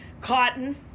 Cotton